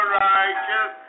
righteous